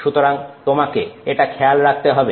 সুতরাং তোমাকে এটা খেয়াল রাখতে হবে